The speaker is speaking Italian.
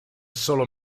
solo